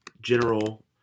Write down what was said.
General